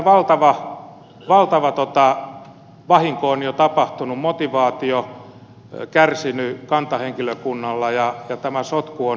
valtava vahinko on jo tapahtunut motivaatio kärsinyt kantahenkilökunnalla ja tämä sotku on esissä